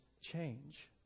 change